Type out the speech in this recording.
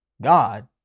God